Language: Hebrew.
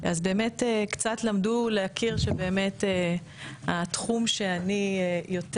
קצת למדו להכיר שהתחום שאני יותר